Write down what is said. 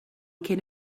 cyn